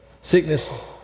Sickness